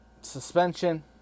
suspension